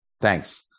Thanks